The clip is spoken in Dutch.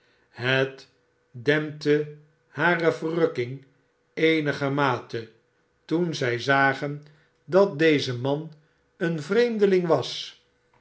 het dempte hare verrukking eenigermate toen zij zagen dat deze barnaby rudge tmw te ldeling wa